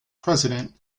president